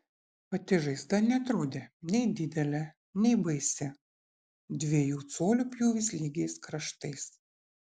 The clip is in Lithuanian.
pati žaizda neatrodė nei didelė nei baisi dviejų colių pjūvis lygiais kraštais